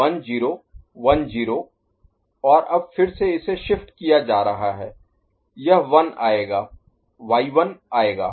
तो 00011010 और अब फिर से इसे शिफ्ट किया जा रहा है यह 1 आएगा y1 आएगा